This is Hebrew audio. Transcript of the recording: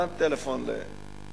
הרמתי טלפון לידידי